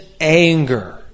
anger